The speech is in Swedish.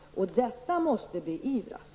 Detta måste beivras.